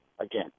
again